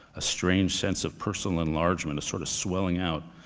a strange sense of personal enlargement, a sort of swelling out,